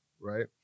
right